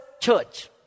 church